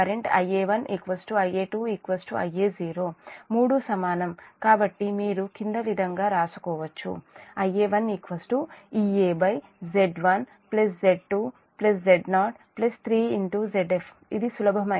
మూడు సమానం కాబట్టి మీరు కింది విధంగా రాసుకోవచ్చు Ia1 EaZ1Z2Z03Zf ఇది సులభమైనది